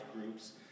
groups